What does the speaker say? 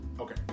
Okay